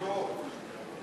אני פה.